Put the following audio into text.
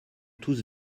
tous